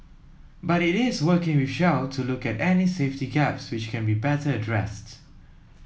but it is working with Shell to look at any safety gaps which can be better addressed